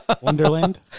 wonderland